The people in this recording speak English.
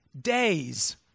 days